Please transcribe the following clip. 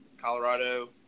Colorado